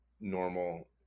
normal